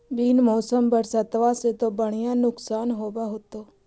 बिन मौसम बरसतबा से तो बढ़िया नुक्सान होब होतै?